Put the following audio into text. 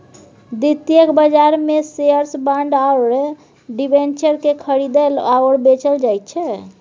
द्वितीयक बाजारमे shares bond आओर डिबेंचरकेँ खरीदल आओर बेचल जाइत छै